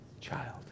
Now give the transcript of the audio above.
child